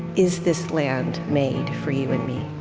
is this land made for you and me?